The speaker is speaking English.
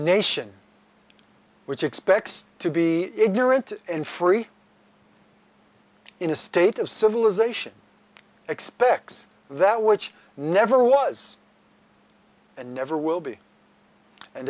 nation which expects to be ignorant and free in a state of civilization expects that which never was and never will be and